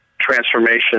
transformation